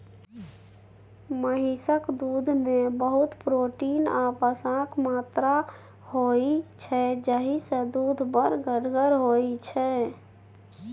महिषक दुधमे बहुत प्रोटीन आ बसाक मात्रा होइ छै जाहिसँ दुध बड़ गढ़गर होइ छै